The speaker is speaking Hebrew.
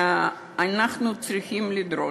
אנחנו צריכים לדרוש,